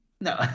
No